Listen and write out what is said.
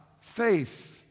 faith